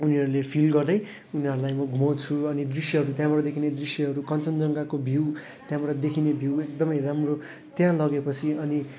उनीहरूले फिल गर्दै उनीहरूलाई म घुमाउँछु अनि दृश्यहरू त्यहाँबाट देखिने दृश्यहरू कञ्चनजङ्घाको भ्यू त्यहाँबाट देखिने भ्यू एकदमै राम्रो त्यहाँ लगेपछि अनि